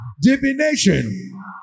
divination